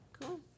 Cool